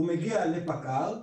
הוא מגיע לפקע"ר,